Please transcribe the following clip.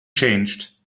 changed